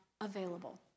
available